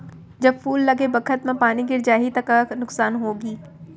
जब फूल लगे बखत म पानी गिर जाही त का नुकसान होगी?